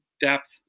depth